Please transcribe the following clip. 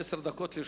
עשר דקות לרשותך.